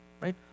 right